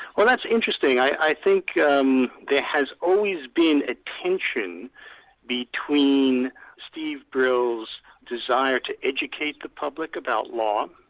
well that's interesting. i think um there has always been a tension between steve brill's desire to educate the public about law,